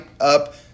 up